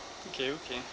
okay okay